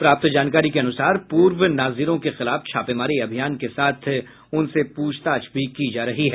प्राप्त जानकारी के अनुसार पूर्व नाजिरों के खिलाफ छापेमारी अभियान के साथ उनसे पूछताछ भी की जा रही है